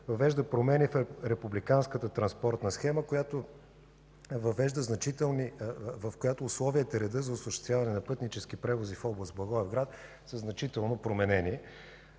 въвежда промени в Републиканската транспортна схема, в която условията и редът за осъществяване на пътнически превози в област Благоевград са значително променени.